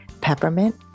peppermint